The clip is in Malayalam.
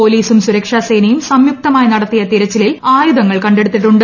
പൊലീസും സുരക്ഷാസേനയും സംയുക്തമായി നടത്തിയ തിരച്ചിലിൽ ആയുധ ങ്ങൾ കണ്ടെടുത്തിട്ടുണ്ട്